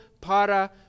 para